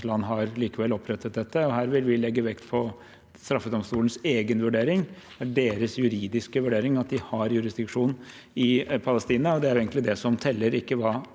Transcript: land opprettet dette, og her vil vi legge vekt på straffedomstolens egen vurdering. Det er deres juridiske vurdering at de har jurisdiksjon i Palestina, og det er egentlig det som teller, ikke hva